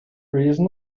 reason